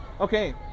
Okay